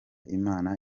imana